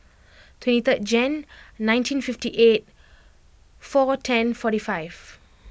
twenty third Jan nineteen fifty eight four ten forty five